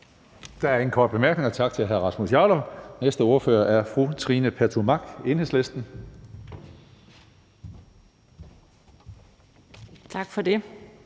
Der er ingen korte bemærkninger. Tak til hr. Rasmus Jarlov. Næste ordfører er fru Trine Pertou Mach, Enhedslisten. Kl.